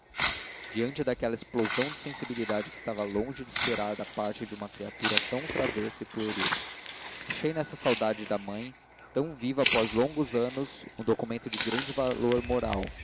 diante daquela explosão de sensibilidade que estava longe de esperar da parte de uma criatura tão travessa e pueril achei nessa saudade da mãe tão viva após longos anos um documento de grande valor moral